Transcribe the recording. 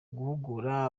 guhugura